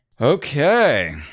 Okay